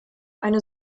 eine